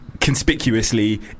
conspicuously